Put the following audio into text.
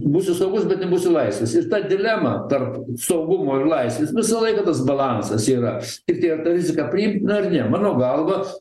būsi saugus bet nebūsi laisvas ir ta dilema tarp saugumo ir laisvės visą laiką tas balansas yra tiktai ar tą riziką priimt ar ne mano galva